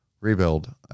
rebuild